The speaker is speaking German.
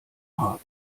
haag